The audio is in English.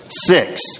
Six